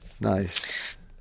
nice